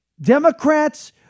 Democrats